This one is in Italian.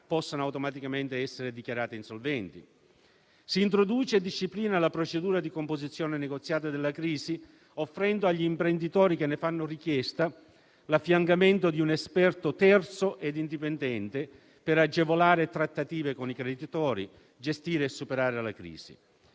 possano automaticamente essere dichiarate insolventi. Si introduce e si disciplina la procedura di composizione negoziata della crisi, offrendo agli imprenditori che ne fanno richiesta l'affiancamento di un esperto terzo e indipendente, per agevolare le trattative con i creditori e gestire e superare la crisi;